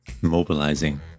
Mobilizing